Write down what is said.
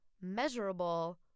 measurable